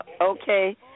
Okay